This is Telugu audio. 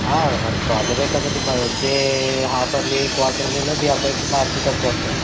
మరి ప్రాబ్లమే కదండి మరి వచ్చే హాఫ్ యియర్లీ క్వాటర్లీలో మీ అబాయికి మార్కులు తక్కువ వస్తాయి